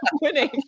winning